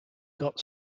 got